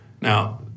Now